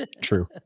true